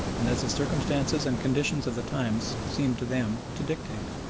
and as the circumstances and conditions of the times seemed to them to dictate.